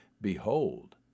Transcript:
Behold